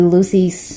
Lucy's